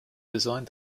designed